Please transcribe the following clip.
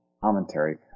commentary